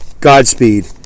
Godspeed